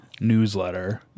newsletter